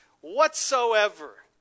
Whatsoever